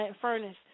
furnace